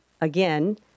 Again